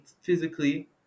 physically